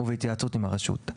ובהתייעצות עם הרשות.